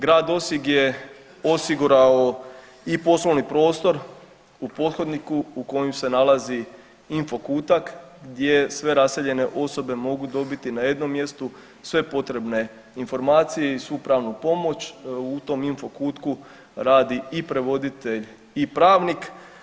Grad Osijek je osigurao i poslovni prostor u pothodniku u kojem se nalazi info kutak gdje sve raseljene osobe mogu dobiti na jednom mjestu sve potrebne informacije i svu pravnu pomoć u tom info kutku rati i prevoditelj i pravnik.